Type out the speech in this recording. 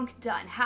done